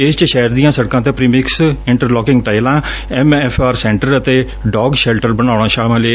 ਇਸ ਚ ਸ਼ਹਿਰ ਦੀਆ ਸੜਕਾ ਤੇ ਪ੍ਰੀਮਿਕਸ ਇੰਟਰਲਾਕਿੰਗ ਟਾਈਲਾਂ ਐਮ ਐਫ਼ ਆਰ ਸੈਟਰ ਅਤੇ ਡੋਰਾ ਸ਼ੈਲਟਰ ਬਣਾਉਣਾ ਸ਼ਾਮਲ ਏ